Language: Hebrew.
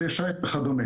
כלי שיט וכדומה,